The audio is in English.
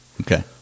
Okay